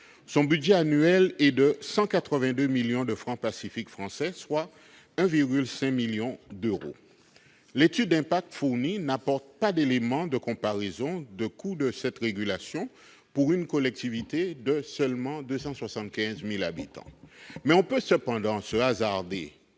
Son budget annuel atteint 182 millions de francs Pacifique, soit 1,5 million d'euros. L'étude d'impact n'apporte pas d'éléments de comparaison du coût de cette régulation pour une collectivité de seulement 275 000 habitants, mais l'on peut se hasarder